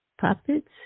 puppets